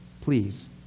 Please